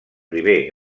primer